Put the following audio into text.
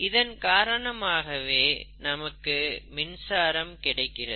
இதன் காரணமாகவே நமக்கு மின்சாரம் கிடைக்கிறது